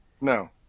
No